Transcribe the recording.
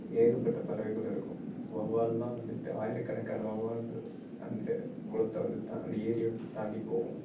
ஏகப்பட்ட பறவைகள் இருக்கும் வொவ்வால்லாம் வந்துட்டு ஆயிரக்கணக்கான வொவ்வால்கள் அந்த குளத்தை வந்து தா அந்த ஏரியை வந்து தாண்டி போகும்